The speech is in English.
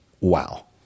wow